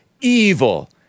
evil